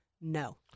no